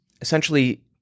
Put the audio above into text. essentially